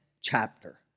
chapter